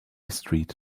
street